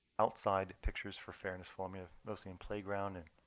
outside pictures for fairness formula mostly in playground and